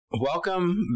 Welcome